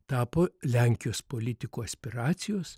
tapo lenkijos politikų aspiracijos